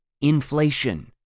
Inflation